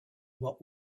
what